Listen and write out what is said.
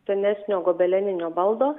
senesnio gobeleninio baldo